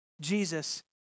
Jesus